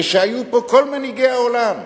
ושהיו פה כל מנהיגי העולם.